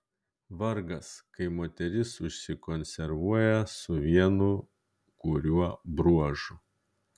vargas kai moteris užsikonservuoja su vienu kuriuo bruožu